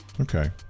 Okay